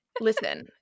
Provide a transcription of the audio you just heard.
Listen